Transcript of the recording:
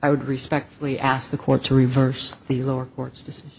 i would respectfully ask the court to reverse the lower court's decision